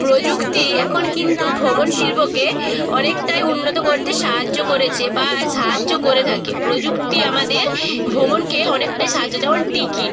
প্রযুক্তি এখন কিন্তু ভ্রমণ শিল্পকে অনেকটাই উন্নত করতে সাহায্য করেছে বা সাহায্য করে থাকে প্রযুক্তি আমাদের ভ্রমণকে অনেকটাই সাহায্য যেমন টিকিট